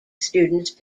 students